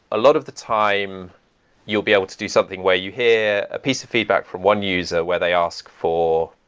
a lot of the time you'll be able to do something where you hear a piece of feedback from one user where they ask for